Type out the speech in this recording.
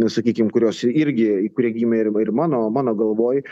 sakykim kurios irgi kurie gimė ir mano mano galvoj